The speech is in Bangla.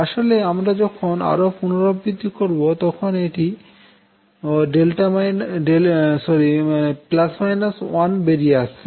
আসলে আমরা যখন আরও পুনরাবৃত্তি করবো তখন এটিও 1 বেরিয়ে আসবে